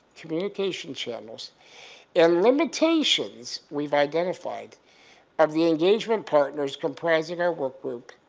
communication channels and limitations we've identified of the engagement partners comprising our workgroup